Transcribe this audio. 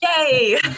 Yay